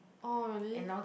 oh really